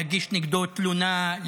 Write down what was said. להגיש נגדו תלונה,